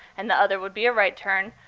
and the other would be a right turn.